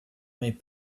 mig